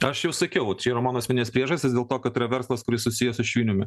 aš jau sakiau čia yra mano asmeninės priežastis dėl to kad yra verslas kuris susijęs su šviniumi